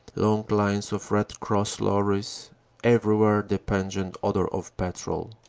long lines of red cross lorries everywhere the pungent odor of petrol.